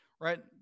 Right